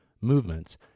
movements